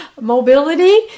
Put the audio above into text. mobility